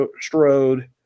strode